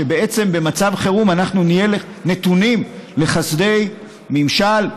שבמצב חירום אנחנו נהיה נתונים לחסדי ממשל,